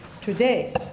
today